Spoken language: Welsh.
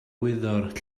wyddor